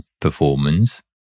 performance